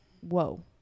whoa